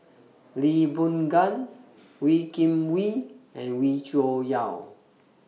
Lee Boon Ngan Wee Kim Wee and Wee Cho Yaw